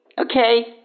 Okay